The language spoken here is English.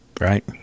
Right